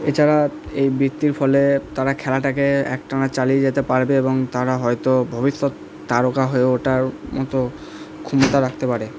এছাড়া এই বৃত্তির ফলে তারা খেলাটাকে একটানা চালিয়ে যেতে পারবে এবং তারা হয়তো ভবিষ্যৎ তারকা হয়ে ওঠার মতো ক্ষমতা রাখতে পারে